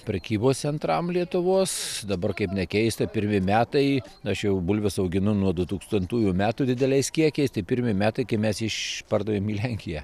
prekybos centram lietuvos dabar kaip nekeista pirmi metai aš jau bulves auginu nuo dutūkstantųjų metų dideliais kiekiais tai pirmi metai kai mes išpardavėm į lenkiją